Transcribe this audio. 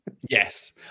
yes